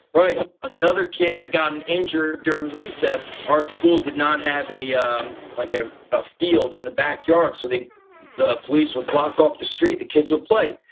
another kid had gotten injured during recess. our school did not have a yeah like ah ah field in the backyard so the the police would block off the street the kids would play.